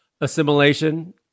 assimilation